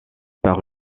par